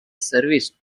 service